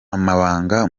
amabanga